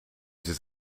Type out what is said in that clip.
zit